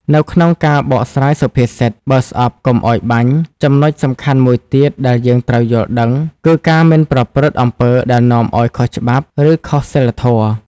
នៅក្នុងការបកស្រាយសុភាសិត "បើស្អប់កុំឲ្យបាញ់" ចំណុចសំខាន់មួយទៀតដែលយើងត្រូវយល់ដឹង គឺការមិនប្រព្រឹត្តអំពើដែលនាំឲ្យខុសច្បាប់ ឬខុសសីលធម៌។